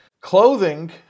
Clothing